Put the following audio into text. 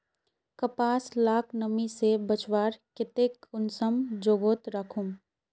कपास लाक नमी से बचवार केते कुंसम जोगोत राखुम?